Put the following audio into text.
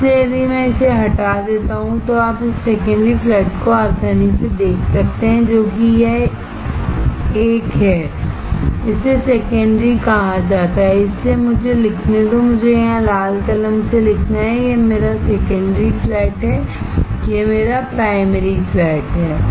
इसलिए यदि मैं इसे हटा देता हूं तो आप इस सेकेंडरी फ्लैट को आसानी से देख सकते हैं जो कि यह 1 है इसे सेकेंडरी कहा जाता है इसलिए मुझे लिखने दो मुझे यहां लाल कलम से लिखना है यह मेरा सेकेंडरी फ्लैट है यह मेरा प्राइमरी फ्लैटहै